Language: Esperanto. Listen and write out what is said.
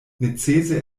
necese